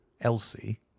elsie